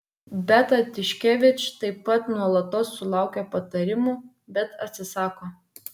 beata tiškevič taip pat nuolatos sulaukia patarimų bet atsisako